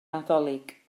nadolig